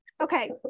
Okay